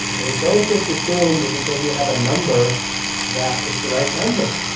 okay don't just assume that because you have a number that it's the right number.